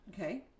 Okay